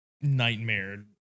Nightmare